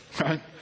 right